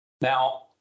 Now